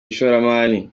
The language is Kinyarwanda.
ishoramari